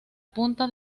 punta